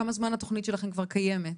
כמה זמן התוכנית שלכן כבר קיימת?